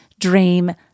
dream